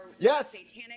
Yes